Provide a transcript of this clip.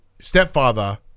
stepfather